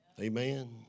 Amen